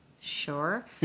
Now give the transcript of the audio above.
sure